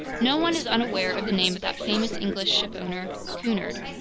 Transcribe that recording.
no one is unaware of the name of that famous english shipowner, cunard.